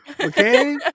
Okay